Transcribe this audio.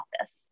office